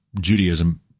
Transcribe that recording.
Judaism